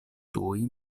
tuj